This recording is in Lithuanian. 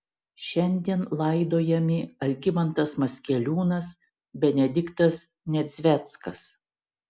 šiandien laidojami algimantas maskeliūnas benediktas nedzveckas